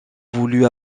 voulu